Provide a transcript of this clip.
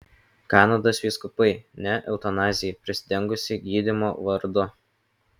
kanados vyskupai ne eutanazijai prisidengusiai gydymo vardu